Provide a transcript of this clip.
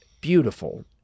beautiful